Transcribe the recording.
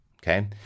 Okay